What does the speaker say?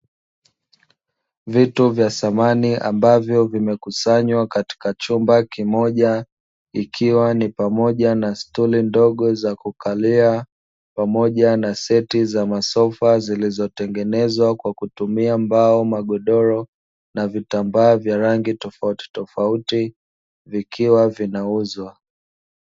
Vitu vya samani ambavyo vimekusanywa katika chumba kimoja ikiwa ni pamoja na stuli ndogo za kukalia, pamoja na seti za masofa zilizotengenezwa kwa kutumia mbao, magodoro na vitambaa vya rangi tofautitofauti zikiwa vinauzwa.